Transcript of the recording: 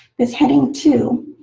this heading two